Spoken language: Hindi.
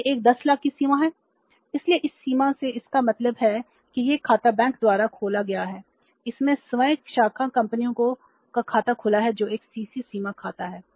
तो यह एक 100000 की सीमा है इसलिए इस सीमा में इसका मतलब है कि यह खाता बैंक द्वारा खोला गया है इसमें स्वयं शाखा कंपनियों का खाता खुला है जो एक CC सीमा खाता है